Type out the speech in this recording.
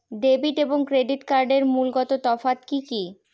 Debit এবং credit কার্ডের মূলগত তফাত কি কী?